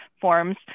forms